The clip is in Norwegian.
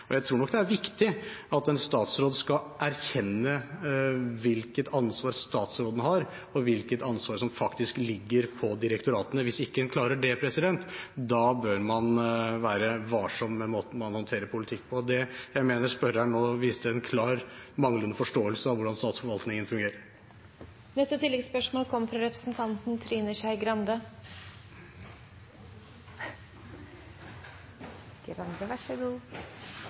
Og jeg tror nok det er viktig at en statsråd skal erkjenne hvilket ansvar statsråden har, og hvilket ansvar som faktisk ligger på direktoratene. Hvis en ikke klarer det, bør man være varsom med måten man håndterer politikk på. Jeg mener spørreren nå viste en klart manglende forståelse av hvordan statsforvaltningen fungerer.